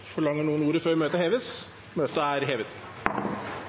Forlanger noen ordet før møtet heves? – Møtet er hevet.